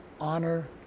honor